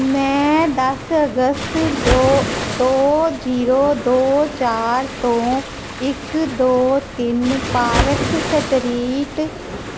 ਮੈਂ ਦਸ ਅਗਸਤ ਦੋ ਦੋ ਜ਼ੀਰੋ ਦੋ ਚਾਰ ਤੋਂ ਇੱਕ ਦੋ ਤਿੰਨ ਪਾਰਕ ਸਟ੍ਰੀਟ